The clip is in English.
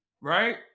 right